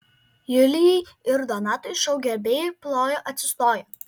julijai ir donatui šou gerbėjai plojo atsistoję